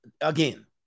again